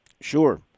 Sure